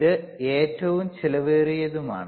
ഇത് ഏറ്റവും ചെലവേറിയതാണ്